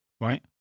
right